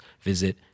visit